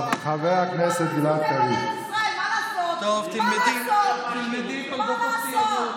בזכותה ההורים שלך והסבים שלך וכל הדורות שרדו ובאו לארץ ישראל.